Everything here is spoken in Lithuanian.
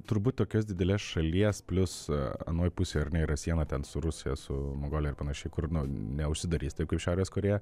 turbūt tokios didelės šalies plius anoj pusėj ar ne yra siena ten su rusija su mongolija ar panašiai kur neužsidarys taip kaip šiaurės korėja